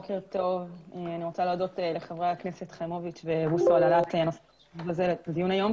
אני מודה לחברי הכנסת חיימוביץ ובוסו על העלאת הדיון היום.